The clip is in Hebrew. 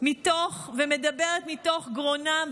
ומדברת מתוך גרונם,